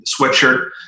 sweatshirt